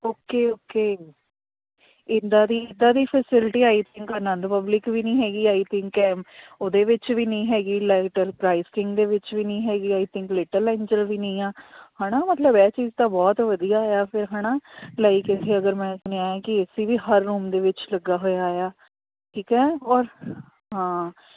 okay okay ਇਦਾਂ ਦੀ ਇੱਦਾਂ ਦੀ facility I think Anand public ਵੀ ਨਹੀਂ ਹੈਗੀ ਆਈ ਥਿੰਕ ਉਹਦੇ ਵਿੱਚ ਵੀ ਨਹੀਂ ਹੈਗੀ ਪਰਾਈਸਿੰਗ ਦੇ ਵਿੱਚ ਵੀ ਨਹੀਂ ਹੈਗੀ ਆਈ ਥਿੰਕ ਲਿਟਲ ਏਂਜਲ ਵੀ ਨਹੀਂ ਆ ਹੈ ਨਾ ਮਤਲਬ ਇਹ ਚੀਜ਼ ਤਾਂ ਬਹੁਤ ਵਧੀਆ ਆ ਫਿਰ ਹੈ ਨਾ ਲਾਈਕ ਇੱਥੇ ਅਗਰ ਮੈਂ ਆਪਣੇ ਕਿ ਏ ਸੀ ਵੀ ਹਰ ਰੂਮ ਦੇ ਵਿੱਚ ਲੱਗਾ ਹੋਇਆ ਆ ਠੀਕ ਆ ਔਰ ਹਾਂ